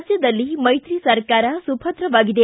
ರಾಜ್ಯದಲ್ಲಿ ಮೈತ್ರಿ ಸರ್ಕಾರ ಸುಭದ್ರವಾಗಿದೆ